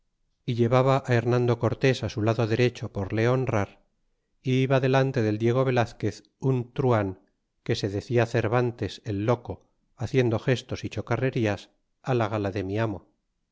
y llevaba hernando cortés su lado derecho por le honrar é iba delante del diego velazquez un traban que se decia cervantes el loco haciendo gestos y chocarrerías la gala de mi amo